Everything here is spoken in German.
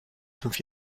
fünf